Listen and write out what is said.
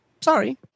sorry